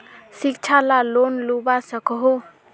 शिक्षा ला लोन लुबा सकोहो?